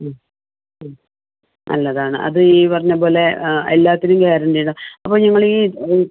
നല്ലതാണ് അത് ഈ പറഞ്ഞത് പോലെ എല്ലാത്തിനും ഗ്യാരന്റിന്നാ അപ്പോൾ നിങ്ങളീ